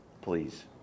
Please